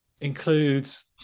includes